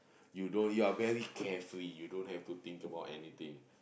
you don't you are very carefree you don't have to think about anything